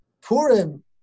Purim